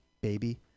baby